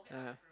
(uh huh)